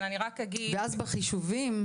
ואז בחישובים,